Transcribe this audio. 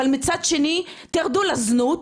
אבל מצד שני תרדו לזנות,